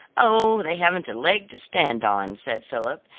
oh, they haven't a leg to stand on, said philip,